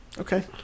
Okay